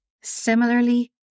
Similarly